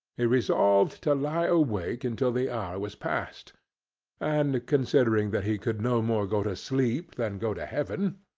he resolved to lie awake until the hour was passed and, considering that he could no more go to sleep than go to heaven,